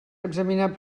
examinar